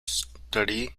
study